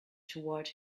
toward